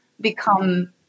become